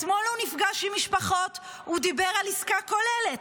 אתמול הוא נפגש עם משפחות ודיבר על עסקה כוללת,